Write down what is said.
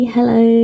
Hello